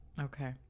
Okay